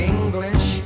English